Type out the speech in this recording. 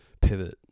pivot